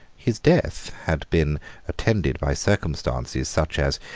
his death had been attended by circumstances such as,